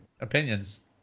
Opinions